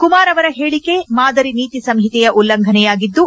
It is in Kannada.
ಕುಮಾರ್ ಅವರ ಹೇಳಿಕೆ ಮಾದರಿ ನೀತಿ ಸಂಹಿತೆಯ ಉಲ್ಲಂಘನೆಯಾಗಿದ್ದು